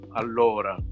allora